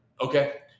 Okay